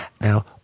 Now